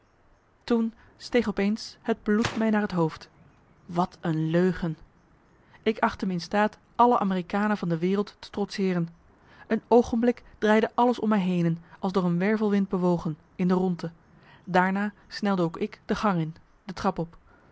steeg op eens het bloed mij naar het hoofd wat een leugcn ik achtte me in staat alle amerikanen van de wereld te trotseeren een oogenblik draaide alles om mij henen als door een wervelwind bewogen in de rondte daarna snelde ook ik de gang in de trap op